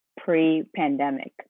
pre-pandemic